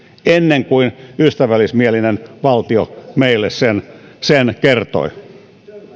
ennen kuin ystävällismielinen valtio meille sen sen kertoi